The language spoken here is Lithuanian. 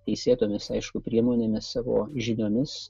teisėtomis aišku priemonėmis savo žiniomis